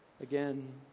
again